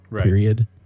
period